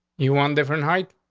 you want different height,